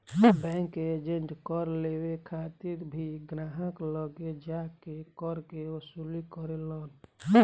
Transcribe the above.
bank के agent कर लेवे खातिर भी ग्राहक लगे जा के कर के वसूली करेलन